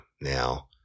Now